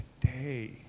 today